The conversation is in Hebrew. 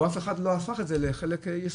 או אף אחד לא הפך את זה לחלק יישומי.